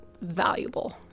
valuable